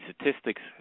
statistics